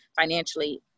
financially